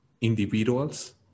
individuals